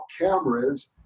cameras